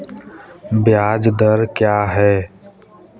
ब्याज दर क्या है?